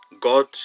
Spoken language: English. God